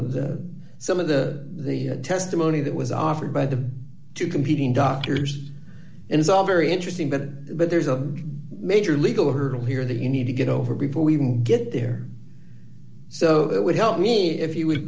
that some of the they had testimony that was offered by the two competing doctors and it's all very interesting that but there's a major legal hurdle here that you need to get over before we even get there so that would help me if he would